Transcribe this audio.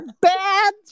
bad